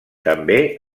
també